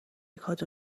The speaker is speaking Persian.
کادو